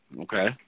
Okay